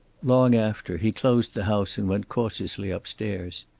long after, he closed the house and went cautiously upstairs.